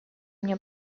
мне